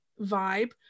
vibe